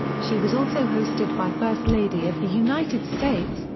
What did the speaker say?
she was also hosted by first lady of the united states,